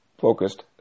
focused